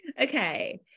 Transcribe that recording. Okay